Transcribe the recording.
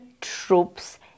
troops